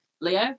Leo